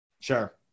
sure